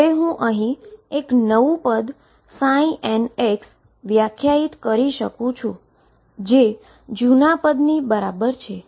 હું હંમેશાં એક નવું પદ n વ્યાખ્યાયિત કરી શકું જે જૂના પદની બરાબર છે